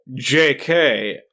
JK